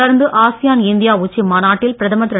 தொடர்ந்து ASEAN India உச்சி மாநாட்டில் பிரதமர் திரு